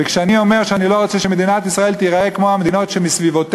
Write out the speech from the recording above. וכשאני אומר שאני לא רוצה שמדינת ישראל תיראה כמו המדינות שסביבנו,